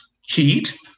heat